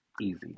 easy